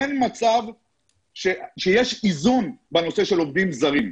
אין מצב שיש איזון בנושא של עובדים זרים,